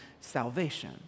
salvation